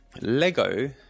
Lego